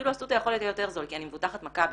אפילו אסותא יכול להיות לי יותר זול כי אני מבוטחת מכבי.